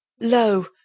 Lo